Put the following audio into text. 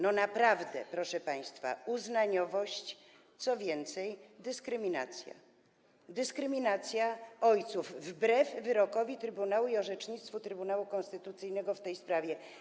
Naprawdę, proszę państwa, uznaniowość, co więcej, dyskryminacja - dyskryminacja ojców wbrew wyrokowi Trybunału i orzecznictwu Trybunału Konstytucyjnego w tej sprawie.